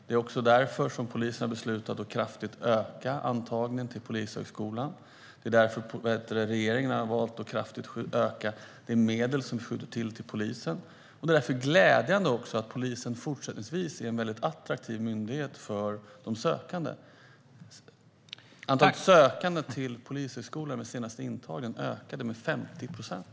Det är därför polisen har beslutat att öka antagningen till Polishögskolan kraftigt. Det är också därför regeringen har valt att skjuta till mer medel till polisen. Det är glädjande att polisen fortsätter att vara en attraktiv myndighet för de sökande. Antalet sökande till Polishögskolan ökade vid senaste intagningen med 50 procent.